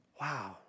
Wow